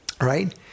right